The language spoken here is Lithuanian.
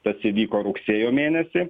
tas įvyko rugsėjo mėnesį